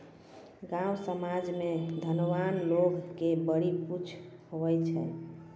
गाँव समाज मे धनवान लोग के बड़ी पुछ हुवै छै